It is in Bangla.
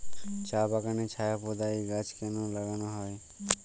চা বাগানে ছায়া প্রদায়ী গাছ কেন লাগানো হয়?